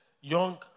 Young